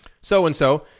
so-and-so